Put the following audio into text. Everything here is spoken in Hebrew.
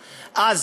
פה.